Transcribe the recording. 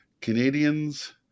Canadians